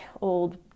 old